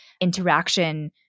interaction